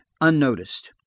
unnoticed